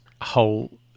whole